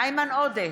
איימן עודה,